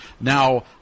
Now